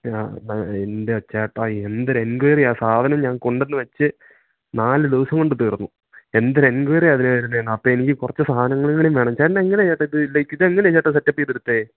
ആ എൻ്റെ ചേട്ടാ എന്തൊരു എൻക്വൈറിയാണ് ആ സാധനം ഞാൻ കൊണ്ടുവന്ന് വെച്ച് നാല് ദിവസം കൊണ്ട് തീർന്നു എന്തൊരു എൻക്വൈറിയാണ് അതിന് വരുന്നതെന്നോ അപ്പോള് എനിക്ക് കുറച്ച് സാധനങ്ങളും കൂടി വേണം ചേട്ടൻ എങ്ങനെയാണ് ചേട്ടാ ഈ ഇതിലേക്ക് ഇതെങ്ങനെയാണ് ചേട്ടാ സെറ്റപ്പ് ചെയ്തെടുത്തത്